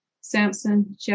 Samson